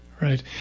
right